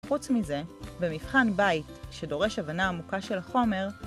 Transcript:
חוץ מזה, במבחן בית שדורש הבנה עמוקה של החומר